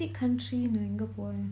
visit country எங்க போவான்:enga povan